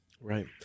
right